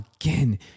Again